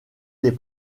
les